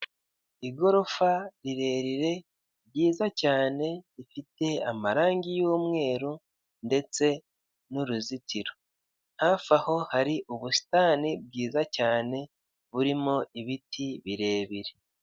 Igorofa rirerire ryiza cyane rifite amarangi y'umweru ndetse n'uruzitiro. Hafi aho hari ubusitani bwiza cyane rurimo ibiti birebire.